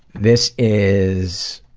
this is.